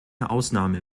ausnahme